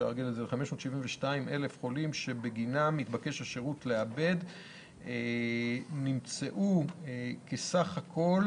וה-572,000 שבגינם התבקש השירות לעבד נמצאו כסך הכול